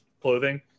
clothing